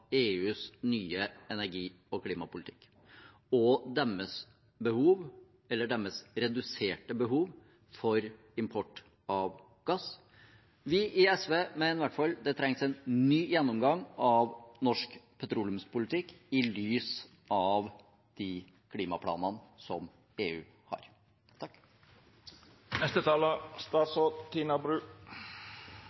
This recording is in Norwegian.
EUs nye energi- og klimapolitikk og deres behov, eller deres reduserte behov, for import av gass. Vi i SV mener i hvert fall det trengs en ny gjennomgang av norsk petroleumspolitikk i lys av de klimaplanene som EU har.